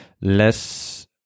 less